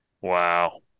Wow